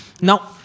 Now